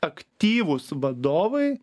aktyvūs vadovai